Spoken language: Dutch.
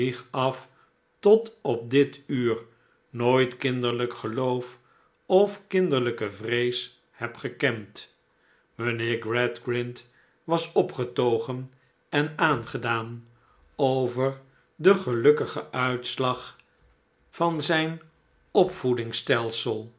af tot op dit uur nooit kinderlijk geloof of kinderlijke vrees heb gekend mijnheer gradgrind was opgetogen en aangedaan over den gelukkigen uitslag van zijn